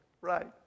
right